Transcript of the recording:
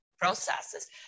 processes